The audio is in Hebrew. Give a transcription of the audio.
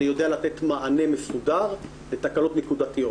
אני יודע לתת מענה מסודר לתקלות נקודתיות.